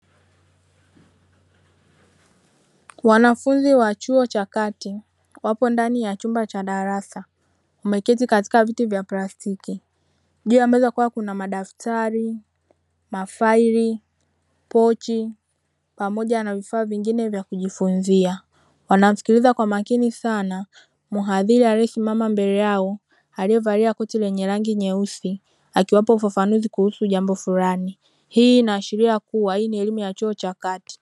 Wanafunzi wa chuo cha kati wapo ndani ya chumba cha darasa wameketi katika viti vya plastiki juu ya meza kukiwa kuna madaftari, mafaili, pochi pamoja na vifaa vingine vya kujifunzia wanamsikiliza kwa makini sana muhadhiri aliyesimama mbele yao aliyevalia koti lenye rangi nyeusi akiwapa ufafanuzi kuhusu jambo fulani, hii ina ashiria kuwa hii ni elimu ya chuo cha kati.